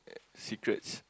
secrets